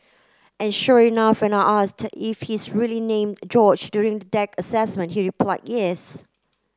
and sure enough when I asked if he's really named George during the deck assessment he replied yes